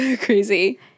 crazy